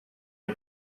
are